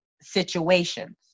situations